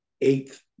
eighth